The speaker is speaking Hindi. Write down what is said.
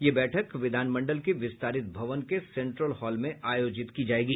ये बैठक विधान मंडल के विस्तारित भवन के सेंट्रल हॉल में आयोजित की जायेगी